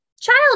child